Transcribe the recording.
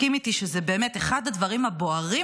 תסכים איתי שזה באמת אחד הדברים הבוערים